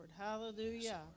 Hallelujah